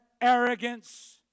arrogance